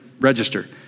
register